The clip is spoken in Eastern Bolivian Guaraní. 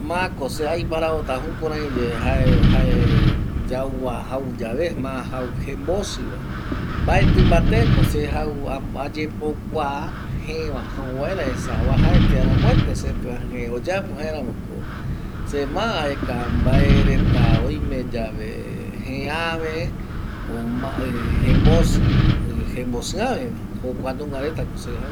Ma ko se aiparavota jukuraiye jae yau va jau yave, ma jau jembosɨ va, mbaetɨ mbate ko se jau ayepokua jëë va jau vaera, esa ojaete, aramoete sepɨa kirai oyapo, jaeramo ko se ma aeka mbae reta oime yave jëë äve, o jembosɨ äve va, jokua nunga reta se jau.